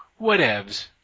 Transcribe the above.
whatevs